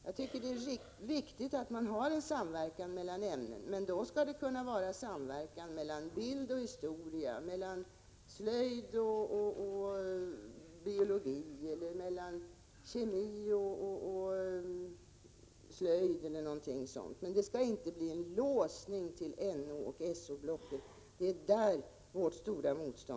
Jag tycker att det är viktigt att det förekommer en samverkan mellan ämnen, men då skall det kunna vara mellan ämnen som bild och historia, slöjd och biologi, kemi och slöjd osv. Vårt motstånd riktar sig alltså huvudsakligen mot en låsning av ämnessamverkan till Nooch So-blocket.